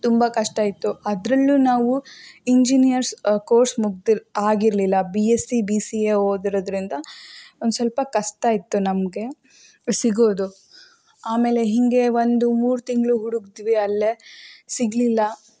ತುಂಬ ಕಷ್ಟ ಇತ್ತು ಅದರಲ್ಲೂ ನಾವು ಇಂಜಿನಿಯರ್ಸ್ ಕೋರ್ಸ್ ಮುಗ್ದು ಆಗಿರಲಿಲ್ಲ B S C B C A ಓದಿರೋದ್ರಿಂದ ಒಂದು ಸ್ವಲ್ಪ ಕಷ್ಟ ಇತ್ತು ನಮಗೆ ಸಿಗೋದು ಆಮೇಲೆ ಹೀಗೇ ಒಂದು ಮೂರು ತಿಂಗಳು ಹುಡುಕಿದ್ವಿ ಅಲ್ಲೇ ಸಿಗಲಿಲ್ಲ